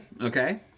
Okay